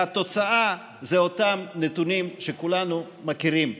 והתוצאה היא אותם נתונים שכולנו מכירים.